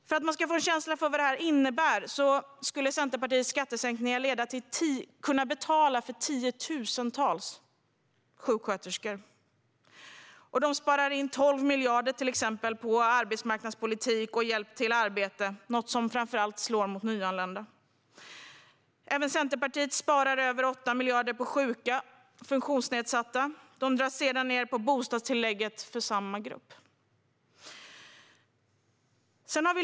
För att man ska få en känsla av vad detta innebär kan jag berätta att Centerpartiets skattesänkningar skulle kunna betala för tiotusentals sjuksköterskor. Centerpartiet sparar in 12 miljarder på arbetsmarknadspolitik och hjälp till arbete, vilket framför allt slår mot nyanlända. Centerpartiet sparar över 8 miljarder på sjuka och funktionsnedsatta och drar ned på bostadstillägget för samma grupp.